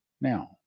Now